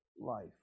life